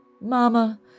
Mama